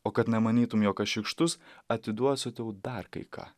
o kad nemanytum jog aš šykštus atiduosiu tau dar kai ką